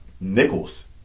nickels